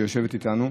שיושבת איתנו.